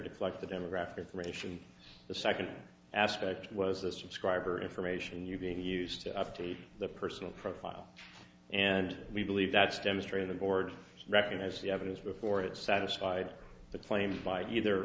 collect the demographic ration the second aspect was a subscriber information you being used to update the personal profile and we believe that's demonstrated a board record as the evidence before it satisfied the claim by either